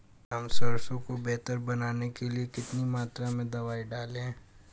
हम सरसों को बेहतर बनाने के लिए कितनी मात्रा में दवाई डालें?